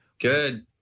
Good